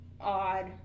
odd